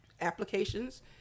applications